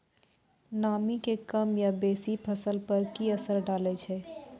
नामी के कम या बेसी फसल पर की असर डाले छै?